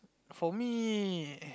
for me